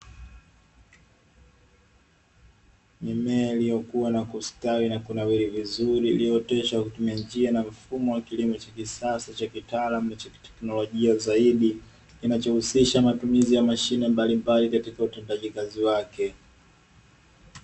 Mimea iliyokua, na kustawi na kunawiri vizuri, iliyooteshwa kwa kutumia njia na mfumo wa kilimo cha kisasa cha kitaalamu na cha kiteknolojia zaidi, kinachohusisha matumizi ya mashine mbalimbali katika utendaji kazi wake.